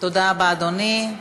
תודה רבה, אדוני.